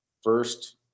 first